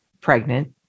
pregnant